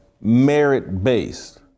merit-based